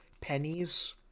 pennies